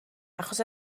achos